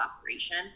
operation